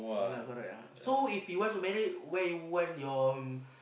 mm lah correct lah so if you want to married where you want your